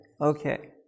Okay